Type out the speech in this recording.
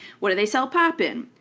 what do they sell pop in?